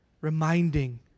reminding